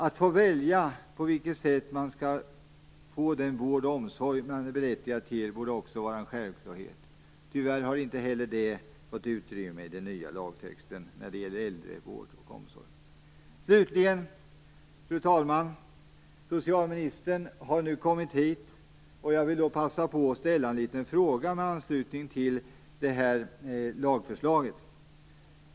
Att få välja på vilket sätt man skall få den vård och omsorg man är berättigad till borde vara en självklarhet. Tyvärr har inte heller det fått utrymme i den nya lagtexten när det gäller äldrevård och omsorg. Fru talman! Slutligen vill jag, när nu socialministern har kommit hit, passa på att ställa en liten fråga med anslutning till lagförslaget.